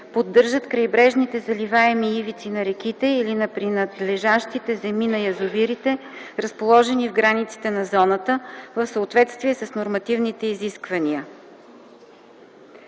поддържат крайбрежните заливаеми ивици на реките или принадлежащите земи на язовирите, разположени в границите на зоната, в съответствие с нормативните изисквания;”